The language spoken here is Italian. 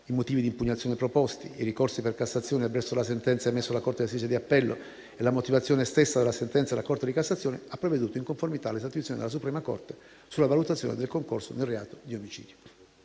i motivi di impugnazione proposti, i ricorsi per cassazione avverso la sentenza emessa dalla corte di assise di appello e la motivazione della stessa sentenza della Corte di cassazione, ha provveduto in conformità alle statuizioni della suprema Corte sulla valutazione del concorso nel reato di omicidio.